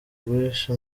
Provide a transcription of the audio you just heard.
guhisha